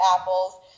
apples